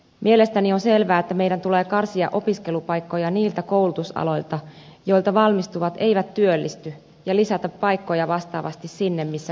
mielestäni on selvää että meidän tulee karsia opiskelupaikkoja niiltä koulutusaloilta joilta valmistuvat eivät työllisty ja lisätä paikkoja vastaavasti sinne missä kasvua tapahtuu